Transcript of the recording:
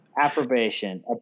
Approbation